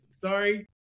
Sorry